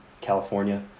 California